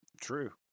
True